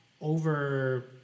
over